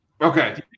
Okay